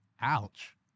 Ouch